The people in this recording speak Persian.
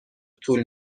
طول